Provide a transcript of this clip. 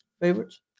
favorites